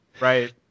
right